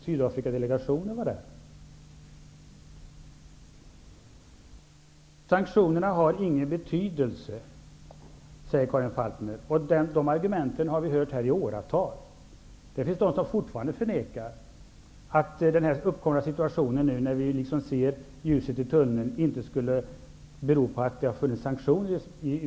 Sanktionerna har ingen betydelse, säger Karin Falkmer. Det argumentet har vi hört här i åratal. Det finns de som fortfarande förnekar att den uppkomna situationen, nu när vi ser ljuset i tunneln, beror på sanktionerna.